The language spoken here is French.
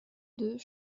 deux